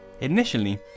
Initially